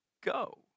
go